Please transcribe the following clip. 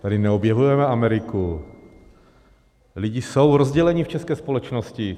Tady neobjevujeme Ameriku, lidé jsou rozděleni v české společnosti.